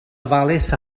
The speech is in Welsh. ofalus